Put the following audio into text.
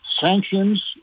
sanctions